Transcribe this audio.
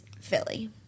Philly